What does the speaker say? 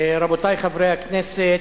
אני מודה לך, רבותי חברי הכנסת,